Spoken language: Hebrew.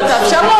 תאפשר לו